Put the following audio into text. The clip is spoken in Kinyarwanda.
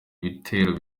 ibitero